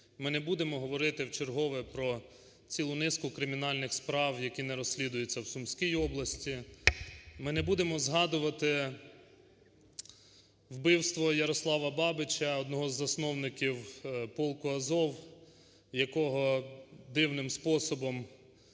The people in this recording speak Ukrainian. ми не будемо говорити вчергове про цілу низку кримінальних справ, які не розслідуються в Сумській області, ми не будемо згадувати вбивство Ярослава Бабича, одного із засновників полку "Азов", якого дивним способом